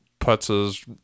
putzes